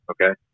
Okay